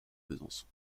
besançon